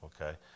Okay